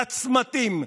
לצמתים,